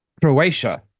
croatia